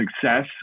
success